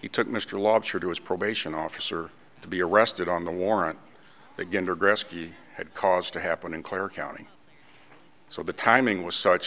he took mr lobster to his probation officer to be arrested on the warrant begin to grasp he had cause to happen in clara county so the timing was such